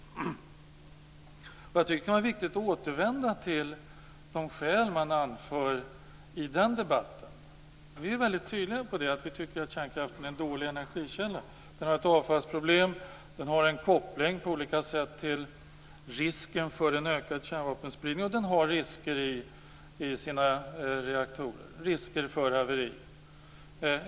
Jag tycker att det kan vara viktigt att återvända till de skäl man anför i denna debatt. Vi är väldigt tydliga i att vi tycker att kärnkraften är en dålig energikälla. Den har ett avfallsproblem. Den har en koppling på olika sätt till risken för en ökad kärnvapenspridning. Det finns också risker för haveri i reaktorerna.